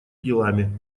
делами